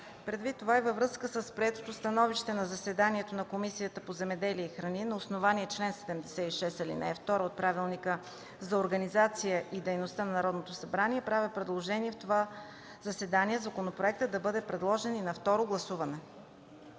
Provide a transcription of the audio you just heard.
Предвид това и във връзка с прието становище на заседанието на Комисията по земеделието и храни, на основание чл. 76, ал. 2 от Правилника за организацията и дейността на Народното събрание, правя предложение в това заседание законопроектът да бъде предложен и на второ гласуване.